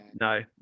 no